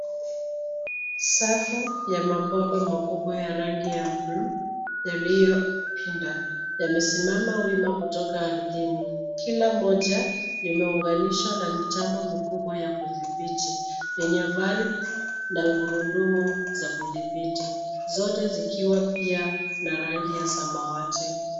Safu ya mabomba makubwa ya rangi ya bluu yaliyopinda yamesimama wima kutoka ardhini. Kila moja limeunganishwa na mitambo mikubwa ya kudhibiti yenye valve na gurudumu za kudhibiti, zote zikiwa pia na rangi ya samawati.